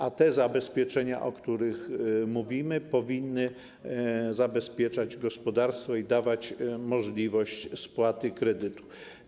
A te zabezpieczenia, o których mówimy, powinny zabezpieczać gospodarstwo i dawać możliwość spłaty kredytu.